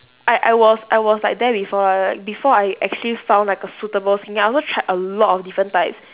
I I was I was like there before lah like before I actually found like a suitable skincare I also tried a lot of different types